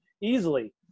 Easily